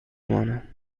مانند